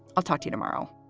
i'll talk to tomorrow